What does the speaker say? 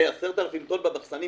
כ-10,000 טון קפוא במחסנים,